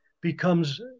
becomes